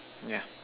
ya